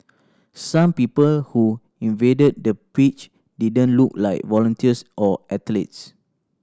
some people who invaded the pitch didn't look like volunteers or athletes